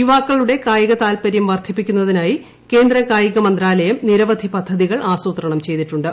യുവാക്കളുടെ കായിക താൽപര്യം വർധിപ്പിക്കൂന്നതിനായി കേന്ദ്ര കായിക മന്ത്രാലയം നിരവധി പദ്ധതികൾ ആസൂത്രുൺ ്ചെയ്തിട്ടുണ്ട്